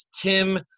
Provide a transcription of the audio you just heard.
Tim